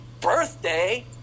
birthday